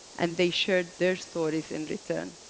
and they shared their stories in return.